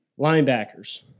Linebackers